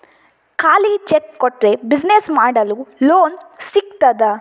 ಖಾಲಿ ಚೆಕ್ ಕೊಟ್ರೆ ಬಿಸಿನೆಸ್ ಮಾಡಲು ಲೋನ್ ಸಿಗ್ತದಾ?